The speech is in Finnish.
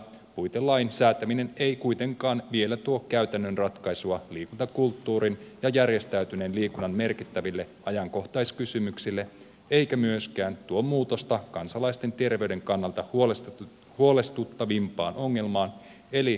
puitelain säätäminen ei kuitenkaan vielä tuo käytännön ratkaisua liikuntakulttuurin ja järjestäytyneen liikunnan merkittäville ajankohtaiskysymyksille eikä myöskään tuo muutosta kansalaisten terveyden kannalta huolestuttavimpaan ongelmaan eli yksilökohtaiseen liikkumattomuuteen